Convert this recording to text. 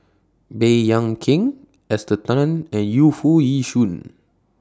Baey Yam Keng Esther Tan and Yu Foo Yee Shoon